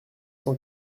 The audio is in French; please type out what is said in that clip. cent